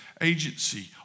agency